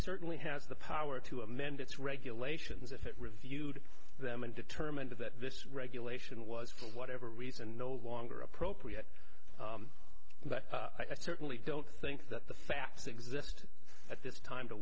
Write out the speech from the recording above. certainly has the power to amend its regulations if it reviewed them and determined that this regulation was for whatever reason no longer appropriate but i certainly don't think that the facts exist at this time to